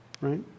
right